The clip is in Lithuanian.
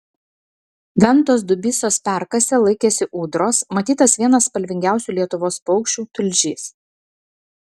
ventos dubysos perkase laikėsi ūdros matytas vienas spalvingiausių lietuvos paukščių tulžys